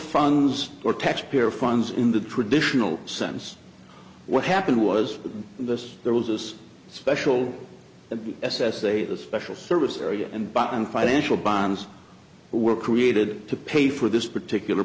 funds or taxpayer funds in the traditional sense what happened was this there was this special that the s s a the special service area and bought and financial bonds were created to pay for this particular